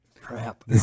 crap